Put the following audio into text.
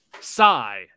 Sigh